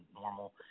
normal